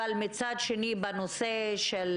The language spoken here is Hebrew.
אבל מצד שני בנושא של